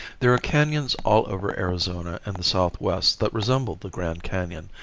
there are canons all over arizona and the southwest that resemble the grand canon,